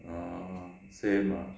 uh same ah